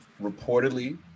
reportedly